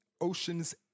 Oceans